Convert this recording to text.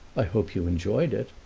i hope you've enjoyed it.